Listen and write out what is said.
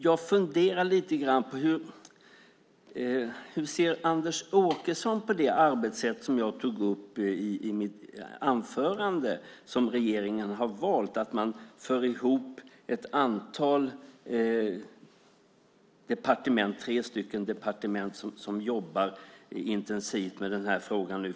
Jag funderar lite grann över hur Anders Åkesson ser på det arbetssätt som jag tog upp i mitt anförande. Det är det sätt som regeringen har valt: Man för ihop ett antal, tre stycken, departement som förhoppningsvis jobbar intensivt med frågan nu.